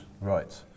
Right